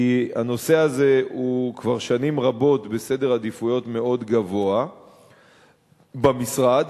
כי הנושא הזה כבר שנים רבות בעדיפות מאוד גבוהה במשרד.